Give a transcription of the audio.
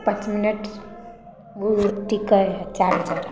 पाँच मिनट टिकै है चार्जर